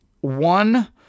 one